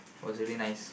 was really nice